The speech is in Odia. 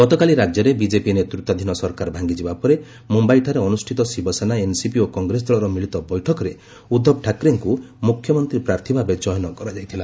ଗତକାଲି ରାଜ୍ୟରେ ବିଜେପି ନେତୃତ୍ୱାଧୀନ ସରକାର ଭାଙ୍ଗିଯିବା ପରେ ମୁମ୍ୟାଇଠାରେ ଅନୁଷ୍ଠିତ ଶିବସେନା ଏନ୍ସିପି ଓ କଂଗ୍ରେସ ଦଳର ମିଳିତ ବୈଠକରେ ଉଦ୍ଧବ ଠାକ୍ରେଙ୍କୁ ମୁଖ୍ୟମନ୍ତ୍ରୀ ପ୍ରାର୍ଥୀ ଭାବେ ଚୟନ କରାଯାଇଥିଲା